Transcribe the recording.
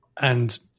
And-